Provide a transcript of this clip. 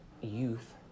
youth